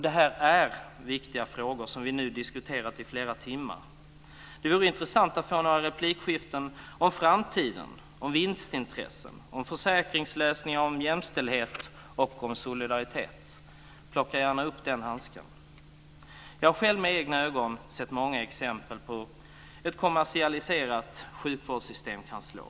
De frågor som vi här har diskuterat i flera timmar är viktiga frågor. Det vore intressant att få några replikskiften om framtiden, om vinstintressen, om försäkringslösningar, om jämställdhet och om solidaritet. Plocka gärna upp den handsken! Jag har själv med egna ögon sett många exempel på hur ett kommersialiserat sjukvårdssystem kan slå.